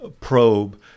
probe